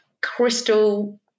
crystal